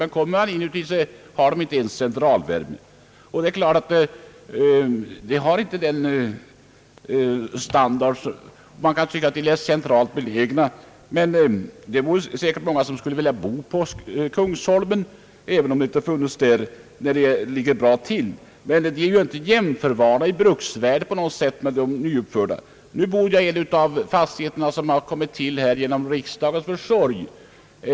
Men när man kommer in i dem finner man bl.a. att de saknar centralvärme. De ligger visserligen centralt — och säkert vill många bo på Kungsholmen men de kan i bruksvärde inte på något sätt jämföras med nyuppförda lägenheter. Själv bor jag i en fastighet som har tillkommit genom riksdagens försorg.